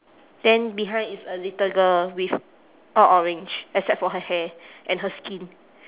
then behind is a little girl with all orange except for her hair and her skin